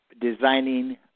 designing